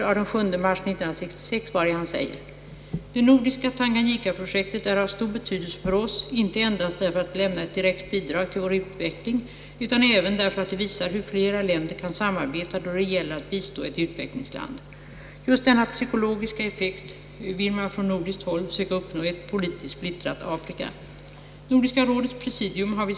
H. Jamal av den 7 mars 1966, vari han säger: »Det nordiska Tanganyikaprojektet är av stor betydelse för oss, inte endast därför att det lämnar ett direkt bidrag till vår utveckling utan även därför att det visar, hur flera länder kan samarbeta då det gäller att bistå ett utvecklingsland.» Just denna psykologiska effekt ville man från nordiskt håll söka uppnå i ett politiskt splittrat Afrika.